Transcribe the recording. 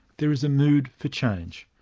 there is a mood for change.